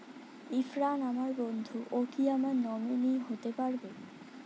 ইরফান আমার বন্ধু ও কি আমার নমিনি হতে পারবে?